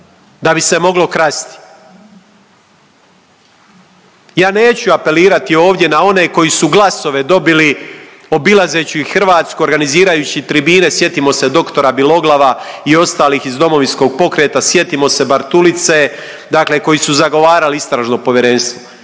da bi se moglo krasti. Ja neću apelirati ovdje na one koji su glasove dobili obilazeći Hrvatsku, organizirajući tribine, sjetimo se doktora Biloglava i ostalih iz DP-a, sjetimo se Bartulice, dakle koji su zagovarali istražno povjerenstvo.